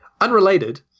Unrelated